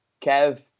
kev